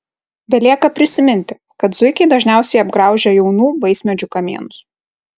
belieka prisiminti kad zuikiai dažniausiai apgraužia jaunų vaismedžių kamienus